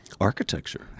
Architecture